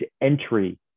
entry